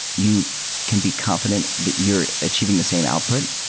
you can be confi dent that your achieving the same output.